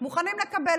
מוכנים לקבל.